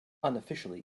unofficially